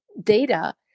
data